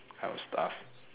kind of stuff